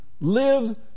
Live